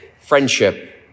friendship